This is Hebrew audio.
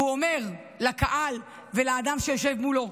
והוא אומר לקהל ולאדם שיושב מולו: